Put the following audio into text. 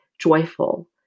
joyful